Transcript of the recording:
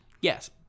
Yes